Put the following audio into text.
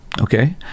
okay